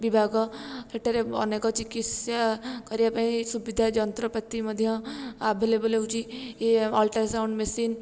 ବିଭାଗ ହେଇଟା ରେ ଅନେକ ଚିକିତ୍ସା କରିବା ପାଇଁ ସୁବିଧା ଯନ୍ତ୍ରପାତି ମଧ୍ୟ ଅଭେଲେବୁଲ୍ ହେଉଛି ଇଏ ଅଲ୍ଟ୍ରାସାଉଣ୍ଡ ମେସିନ୍